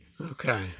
Okay